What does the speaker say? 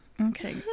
Okay